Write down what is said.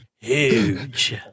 huge